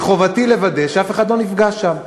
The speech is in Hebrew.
מחובתי לוודא שאף אחד לא נפגע שם,